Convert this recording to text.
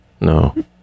No